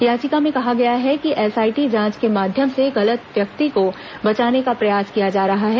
याचिका में कहा गया है कि एसआईटी जांच के माध्यम से गलत व्यक्ति को बचाने का प्रयास किया जा रहा है